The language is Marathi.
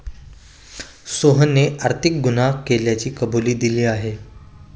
सोहनने आर्थिक गुन्हा केल्याची कबुली दिली आहे